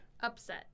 upset